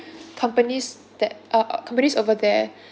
companies that our companies over there